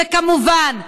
וכמובן,